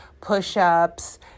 push-ups